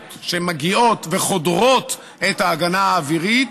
שמגיעות וחודרות את ההגנה האווירית